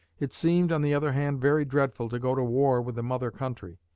it seemed, on the other hand, very dreadful to go to war with the mother country.